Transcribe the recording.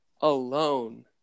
alone